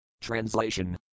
Translation